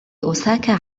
أوساكا